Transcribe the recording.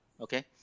Okay